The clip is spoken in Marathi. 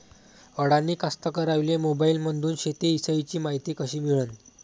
अडानी कास्तकाराइले मोबाईलमंदून शेती इषयीची मायती कशी मिळन?